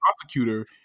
prosecutor